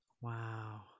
Wow